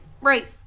Right